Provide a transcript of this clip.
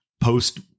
post